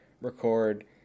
record